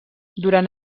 durant